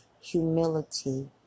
humility